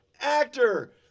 actor